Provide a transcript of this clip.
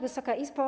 Wysoka Izbo!